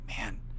man